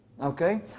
Okay